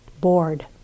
bored